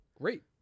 Great